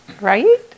right